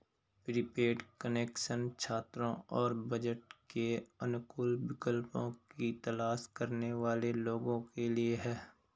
prepaid connection छात्रों और budget के अनुकूल विकल्पों की तलाश करने वाले लोगों के लिए है